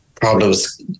problems